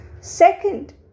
Second